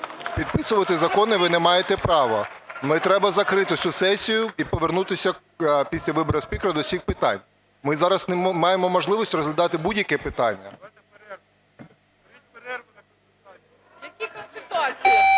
Підписувати закони ви не маєте права. Треба закрити цю сесію і повернутися після вибору спікера до всіх питань. Ми зараз не маємо можливість розглядати будь-яке питання. ГОЛОВУЮЧИЙ.